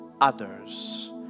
others